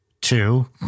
two